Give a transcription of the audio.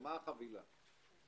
מה החבילה?